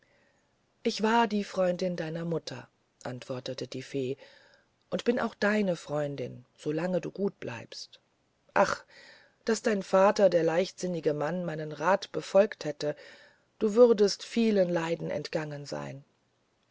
ich war die freundin deiner mutter antwortete die fee und bin auch deine freundin solange du gut bleibst ach daß dein vater der leichtsinnige mann meinen rat befolgt hätte du würdest vielen leiden entgangen sein